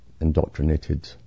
indoctrinated